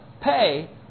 pay